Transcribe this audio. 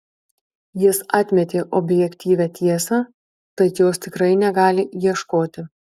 jis atmetė objektyvią tiesą tad jos tikrai negali ieškoti